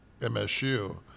MSU